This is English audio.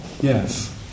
Yes